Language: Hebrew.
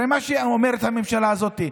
הרי מה שאומרת הממשלה הזאת: